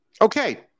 Okay